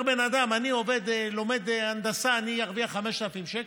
אומר בן אדם: אני לומד הנדסה אני ארוויח 5,000 שקל?